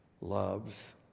loves